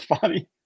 funny